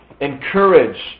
encourage